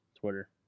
Twitter